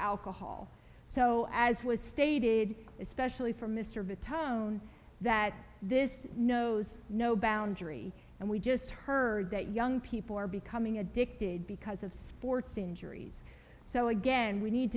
alcohol so as was stated especially for mr of a tone that this knows no boundary and we just heard that young people are becoming addicted because of sports injuries so again we need